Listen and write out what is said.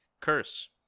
Curse